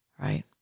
right